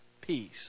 peace